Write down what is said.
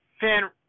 fan